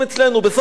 בסוף הקיץ